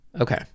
okay